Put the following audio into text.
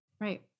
Right